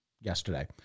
yesterday